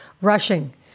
rushing